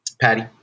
Patty